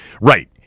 right